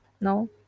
no